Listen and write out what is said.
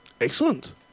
Excellent